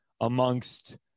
amongst